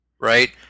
right